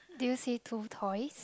do you see two toys